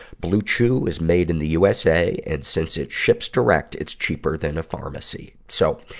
bluechew is made in the usa, and since it ships direct, it's cheaper than a pharmacy. so,